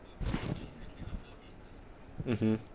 mmhmm